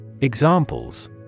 Examples